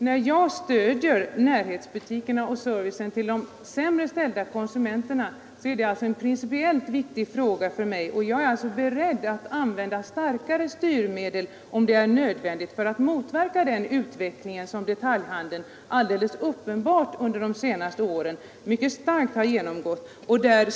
När jag stöder närhetsbutikerna och servicen till de sämre ställda konsumenterna är det alltså en principiellt viktig fråga för mig, och jag är beredd att använda starkare styrmedel om det är nödvändigt för att motverka den utveckling som detaljhandeln alldeles uppenbart under de senaste åren har genomgått.